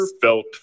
Felt